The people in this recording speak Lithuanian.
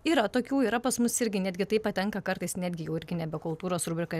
yra tokių yra pas mus irgi netgi tai patenka kartais netgi jau nebe kultūros rubrika